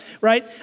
right